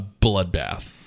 bloodbath